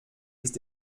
ist